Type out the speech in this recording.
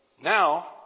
Now